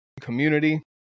community